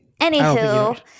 Anywho